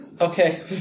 okay